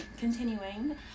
continuing